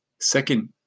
Second